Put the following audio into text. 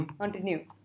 Continue